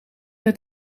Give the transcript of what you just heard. het